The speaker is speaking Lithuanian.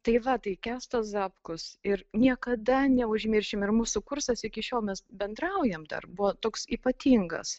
tai va tai kęstas zapkus ir niekada neužmiršim ir mūsų kursas iki šiol mes bendraujam dar buvo toks ypatingas